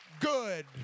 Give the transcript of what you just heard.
good